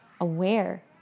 aware